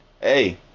hey